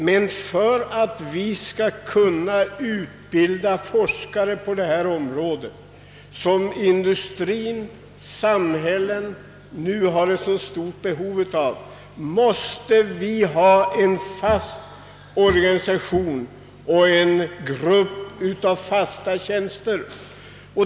Men för att vi skall utbilda forskare på detta område, som industrien och hela samhället nu har så stort behov av, måste det finnas en fast organisation, en grupp fasta tjänster.